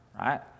right